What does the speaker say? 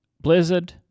Blizzard